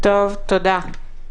תודה.